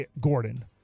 gordon